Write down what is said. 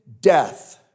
Death